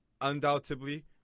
undoubtedly